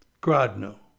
Grodno